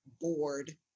board